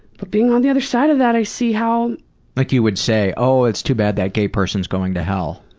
but being on the other side of that i see how paul like you would say, oh it's too bad that gay person is going to hell.